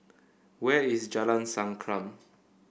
where is Jalan Sankam